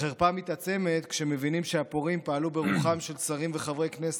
החרפה מתעצמת כשמבינים שהפורעים פעלו ברוחם של שרים וחברי כנסת.